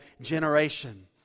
generation